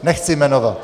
Nechci jmenovat.